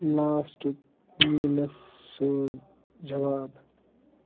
lasting میلَس سوز جواب